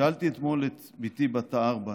שאלתי אתמול את בתי בת הארבע,